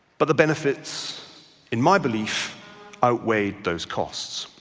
but the benefits in my belief outweighed those costs.